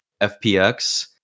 FPX